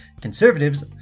conservatives